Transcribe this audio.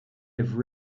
have